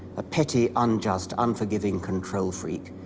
a petty, unjust, unforgiving control freak,